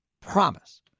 Promise